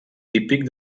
típic